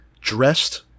dressed